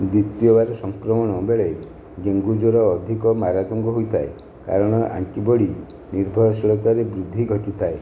ଦ୍ଵିତୀୟବାର ସଂକ୍ରମଣ ବେଳେ ଡ଼େଙ୍ଗୁ ଜ୍ୱର ଅଧିକ ମାରାତ୍ମକ ହୋଇଥାଏ କାରଣ ଆଣ୍ଟିବଡ଼ି ନିର୍ଭରଶୀଳତାରେ ବୃଦ୍ଧି ଘଟିଥାଏ